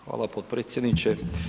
Hvala potpredsjedniče.